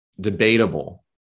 debatable